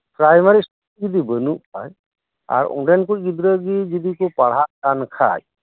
primary school ᱡᱚᱫᱤ ᱵᱟᱹᱱᱩᱜ ᱠᱷᱟᱡ ᱟᱨ ᱚᱸᱰᱮᱱ ᱠᱩᱡ ᱜᱤᱫᱽᱨᱟᱹ ᱡᱚᱫᱤ ᱠᱩ ᱯᱟᱲᱦᱟᱜ ᱠᱟᱱᱠᱷᱟᱡ